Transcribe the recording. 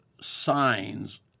signs